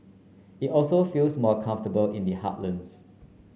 it also feels more comfortable in the heartlands